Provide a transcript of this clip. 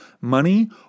money